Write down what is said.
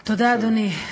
תודה, אדוני.